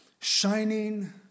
shining